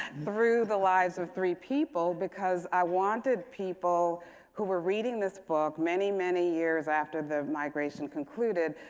through the lives of three people because i wanted people who were reading this book many, many years after the migration concluded,